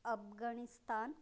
Afghanistan